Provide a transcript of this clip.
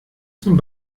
zum